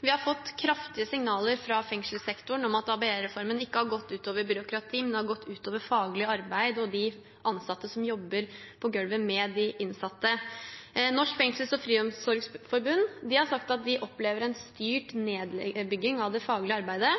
Vi har fått kraftige signaler fra fengselssektoren om at ABE-reformen ikke har gått ut over byråkrati, men gått ut over faglig arbeid og de ansatte som jobber på gulvet med de innsatte. Norsk Fengsels- og Friomsorgsforbund har sagt de opplever en styrt nedbygging av det faglige arbeidet